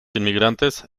inmigrantes